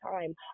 time